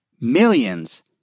millions